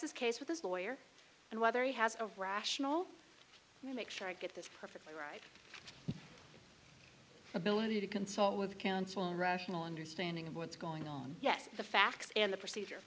this case with his lawyer and whether he has a rational will make sure i get this perfectly right ability to consult with counsel rational understanding of what's going on yes the facts and the procedure